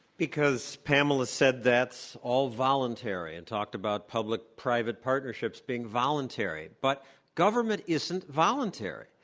because pamela said that's all voluntary and talked about public-private partnerships being voluntary. but government isn't voluntary.